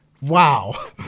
Wow